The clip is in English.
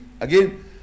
Again